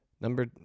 Number